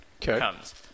comes